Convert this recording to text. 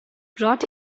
brought